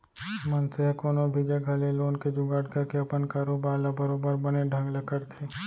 मनसे ह कोनो भी जघा ले लोन के जुगाड़ करके अपन कारोबार ल बरोबर बने ढंग ले करथे